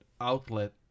outlet